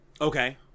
Okay